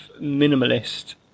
minimalist